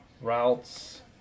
Routes